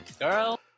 Girl